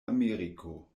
ameriko